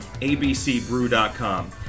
abcbrew.com